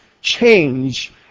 change